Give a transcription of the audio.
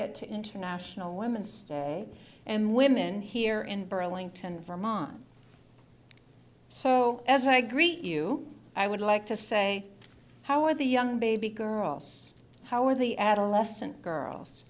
it to international women's day and women here in burlington vermont so as i greet you i would like to say how are the young baby girls how are the adolescent girls